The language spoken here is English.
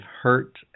hurt